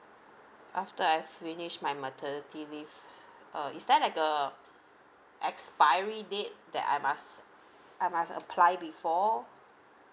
after I finish my maternity leave uh is there like a expiry date that I must I must apply before